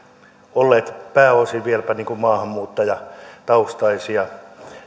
olleet pääosin vieläpä maahanmuuttajataustaisia